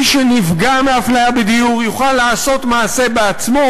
מי שנפגע מאפליה בדיור יוכל לעשות מעשה בעצמו,